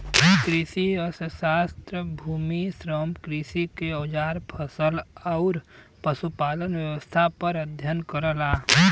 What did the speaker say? कृषि अर्थशास्त्र भूमि, श्रम, कृषि के औजार फसल आउर पशुपालन व्यवसाय क अध्ययन करला